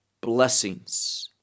blessings